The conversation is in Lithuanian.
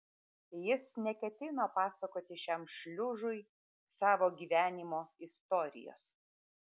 jis neketino pasakoti šiam šliužui savo gyvenimo istorijos